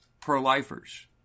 pro-lifers